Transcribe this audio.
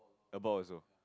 abort also